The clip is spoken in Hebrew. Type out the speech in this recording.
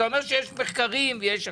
אתה אומר שיש מחקרים ויש הכול.